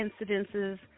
incidences